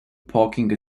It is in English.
parking